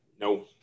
No